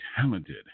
talented